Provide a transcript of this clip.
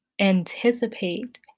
anticipate